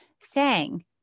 sang